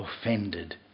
offended